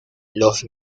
los